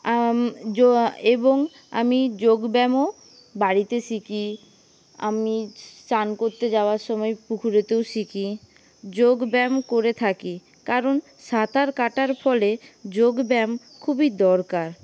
এবং আমি যোগব্যায়ামও বাড়িতে শিখি আমি স্নান করতে যাওয়ার সময় পুকুরেতেও শিখি যোগব্যায়াম করে থাকি কারণ সাঁতার কাটার ফলে যোগব্যায়াম খুবই দরকার